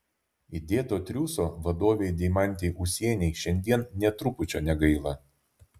įdėto triūso vadovei deimantei ūsienei šiandien nė trupučio negaila